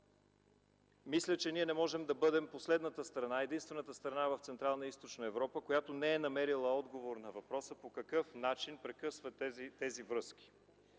Мисля, че ние не можем да бъдем последната страна, единствената страна в Централна и Източна Европа, която не е намерила отговор на въпроса по какъв начин прекъсва тези връзки.